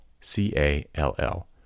C-A-L-L